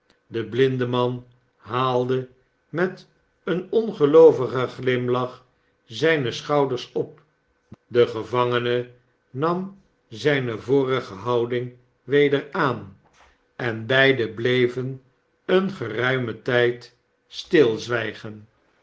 de blindeman haalde met een ongeloovigen glimlach zijne schouders op de gevangene nam zijne vorige houding weder aan en beiden bleven een geruimen tijd stilzwijgen